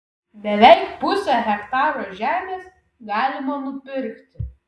beveik pusę hektaro žemės galima nupirkti